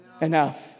enough